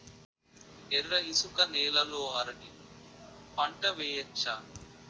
ఎర్ర ఇసుక నేల లో అరటి పంట వెయ్యచ్చా?